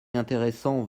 intéressant